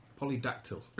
Polydactyl